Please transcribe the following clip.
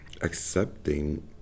accepting